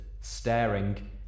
staring